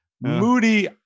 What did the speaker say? Moody